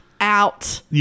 out